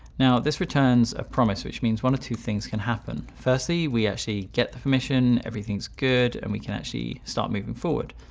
now this returns a promise, which means one of two things can happen. firstly, we actually get the permission, everything's good, and we can actually start moving forward.